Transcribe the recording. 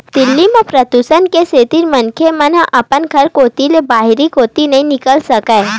दिल्ली म परदूसन के सेती मनखे मन अपन घर कोती ले बाहिर कोती नइ निकल सकय